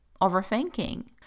overthinking